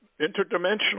interdimensional